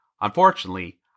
Unfortunately